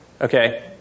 okay